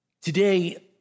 Today